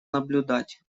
наблюдать